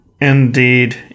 Indeed